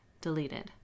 deleted